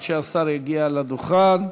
עד שהשר יגיע לדוכן.